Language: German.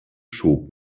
schob